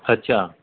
अच्छा